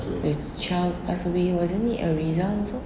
the child passed away wasn't it ariza also